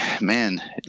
man